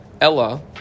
Ella